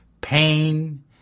pain